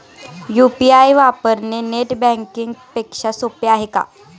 UPI वापरणे net banking पेक्षा सोपे आहे का?